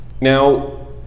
Now